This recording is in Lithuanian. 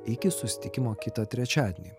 iki susitikimo kitą trečiadienį